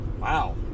Wow